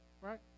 right